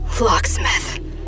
Locksmith